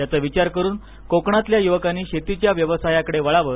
याचा विचार करून कोकणातल्या युवकांनी शेतीच्या व्यवसायाकडे वळावे